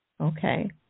Okay